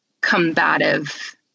combative